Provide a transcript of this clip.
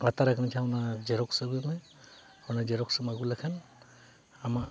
ᱟᱛᱟᱨ ᱠᱟᱱᱟ ᱡᱟᱦᱟᱸ ᱚᱱᱟ ᱡᱮᱨᱚᱠᱥ ᱟᱹᱜᱩᱭ ᱢᱮ ᱚᱱᱟ ᱡᱮᱨᱚᱠᱥ ᱮᱢ ᱟᱹᱜᱩ ᱞᱮᱠᱷᱟᱱ ᱟᱢᱟᱜ